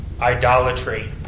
idolatry